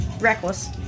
reckless